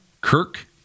Kirk